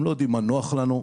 הם לא יודעים מה נוח לנו,